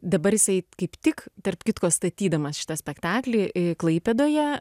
dabar jisai kaip tik tarp kitko statydamas šitą spektaklį klaipėdoje